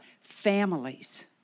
families